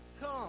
come